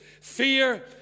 fear